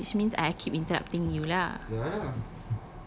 ya which means I keep interrupting you lah